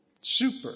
Super